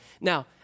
Now